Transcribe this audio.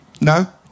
No